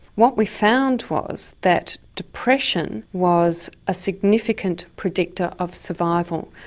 what we found was that depression was a significant predictor of survival,